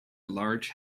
large